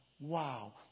Wow